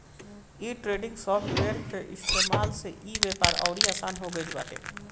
day trading software कअ इस्तेमाल से इ व्यापार अउरी आसन हो गिल बाटे